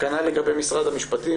כנ"ל לגבי משרד המשפטים